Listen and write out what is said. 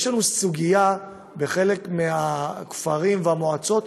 יש לנו סוגיה בחלק מהכפרים והמועצות,